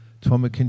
Toma